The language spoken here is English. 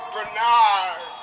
Bernard